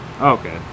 Okay